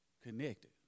Connected